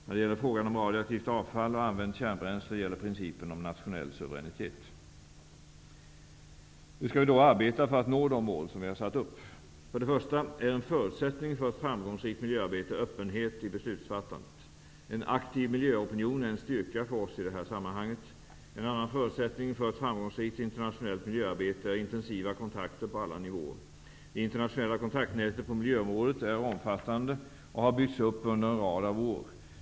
När det gäller frågan om radioaktivt avfall och använt kärnbränsle gäller principen om nationell suveränitet. Hur skall vi då arbeta för att nå de mål som vi har satt upp? För det första är en förutsättning för ett framgångsrikt miljöarbetet öppenhet i beslutsfattandet. En aktiv miljöopinion är en styrka för oss i det här sammanhanget. En annan förutsättning för ett framgångsrikt internationellt miljöarbete är intensiva kontakter på alla nivåer. Det internationella kontaktnätet på miljöområdet är omfattande och har byggts upp under en rad av år.